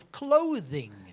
clothing